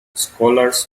scholars